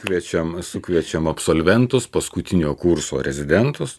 kviečiam sukviečiam absolventus paskutinio kurso rezidentus